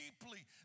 deeply